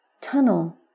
tunnel